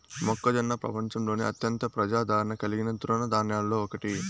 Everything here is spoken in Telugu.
మొక్కజొన్న ప్రపంచంలోనే అత్యంత ప్రజాదారణ కలిగిన తృణ ధాన్యాలలో ఒకటి